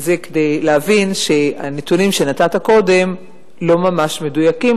זה כדי להבין שהנתונים שנתת קודם לא ממש מדויקים,